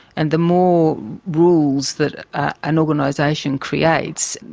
and the more rules that an organisation creates,